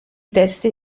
testi